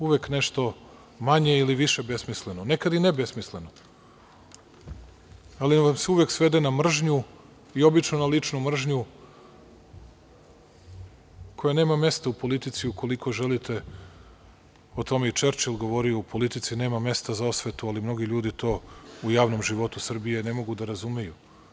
Uvek nešto manje ili više besmisleno, nekad i ne besmisleno, ali vam se uvek svede na mržnju i obično na ličnu mržnju koja nema mesta u politici ukoliko želite, o tome je i Čerčil govorio - u politici nema mesta za osvetu, ali mnogi ljudi to u javnom životu Srbije ne mogu da razumeju.